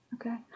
Okay